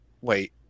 wait